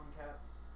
cats